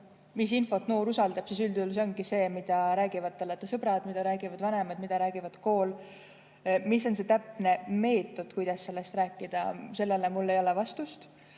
mis infot noor usaldab, siis üldjuhul see on see, mida räägivad talle ta sõbrad, mida räägivad vanemad, mida räägib kool. Mis on see täpne meetod, kuidas sellest rääkida, sellele mul ei ole vastust.